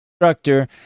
instructor